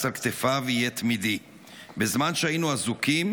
על כתפיו יהיה תמידי"; "בזמן שהיינו אזוקים,